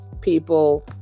people